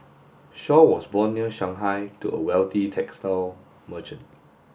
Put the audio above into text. Shaw was born near Shanghai to a wealthy textile merchant